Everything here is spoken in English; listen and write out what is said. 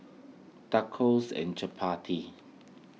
Tacos and Chapati